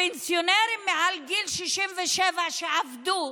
הפנסיונרים מעל גיל 67 שעבדו,